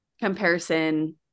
comparison